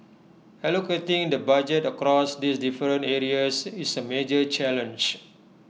allocating the budget across these different areas is A major challenge